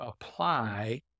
apply